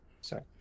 sorry